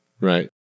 right